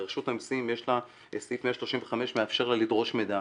הרי רשות המיסים, סעיף 135 מאפשר לה לדרוש מידע.